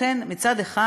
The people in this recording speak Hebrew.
לכן מצד אחד,